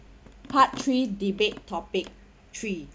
part three debate topic three